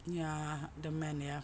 ya the man ya